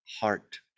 heart